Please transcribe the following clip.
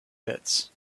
pits